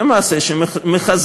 זה מעשה שמחזק,